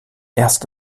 erst